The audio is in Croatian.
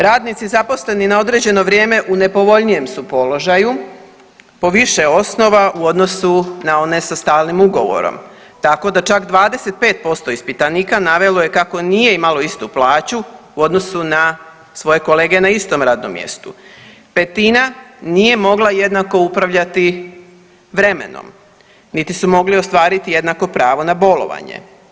Radnici zaposleni na određeno vrijeme u nepovoljnijem su položaju po više osnova u odnosu na one sa stalnim ugovorom, tako da čak 25% ispitanika navelo je kako nije imalo istu plaću u odnosu na svoje kolege na istom radnom mjestu, petina nije mogla jednako upravljati vremenom, niti su mogli ostvariti jednako pravo na bolovanje.